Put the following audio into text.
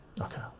Okay